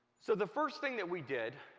so the first thing that we did